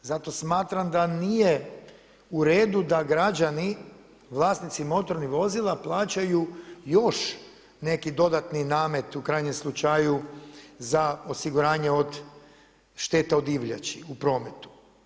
Zato smatram da nije u redu da građani, vlasnici motornih vozila plaćaju još neki dodatni namet u krajnjem slučaju za osiguranje šteta od divljači u prometu.